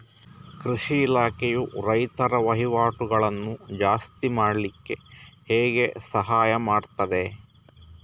ಕೃಷಿ ಇಲಾಖೆಯು ರೈತರ ವಹಿವಾಟುಗಳನ್ನು ಜಾಸ್ತಿ ಮಾಡ್ಲಿಕ್ಕೆ ಹೇಗೆ ಸಹಾಯ ಮಾಡ್ತದೆ?